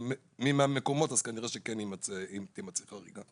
מי מהמקומות, אז כנראה שכן תימצא חריגה.